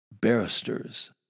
barristers